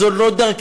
זו לא דרכנו.